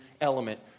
element